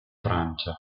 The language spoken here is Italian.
francia